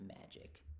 magic